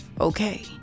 Okay